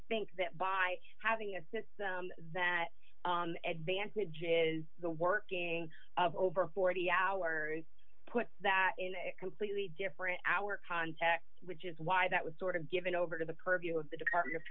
think that by having a sense that advantage is the working of over forty hours put that in a completely different hour context which is why that was sort of given over to the purview of the department of